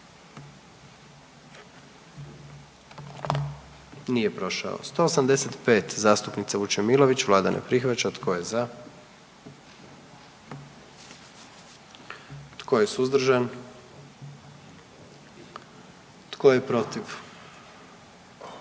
44. Kluba zastupnika SDP-a, vlada ne prihvaća. Tko je za? Tko je suzdržan? Tko je protiv?